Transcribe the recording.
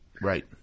Right